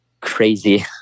crazy